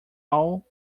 all